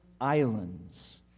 islands